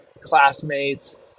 classmates